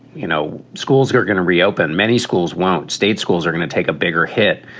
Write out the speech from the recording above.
you know, schools, you're going to reopen. many schools won't. state schools are going to take a bigger hit.